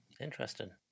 Interesting